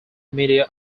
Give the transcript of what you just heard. media